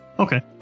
Okay